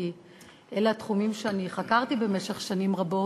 כי אלה התחומים שחקרתי במשך שנים רבות.